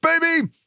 baby